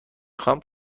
خواهم